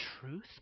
truth